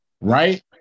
Right